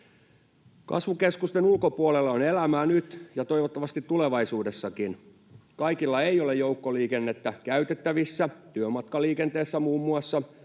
Kasvukeskusten ulkopuolella on elämää nyt ja toivottavasti tulevaisuudessakin. Kaikilla ei ole joukkoliikennettä käytettävissä muun muassa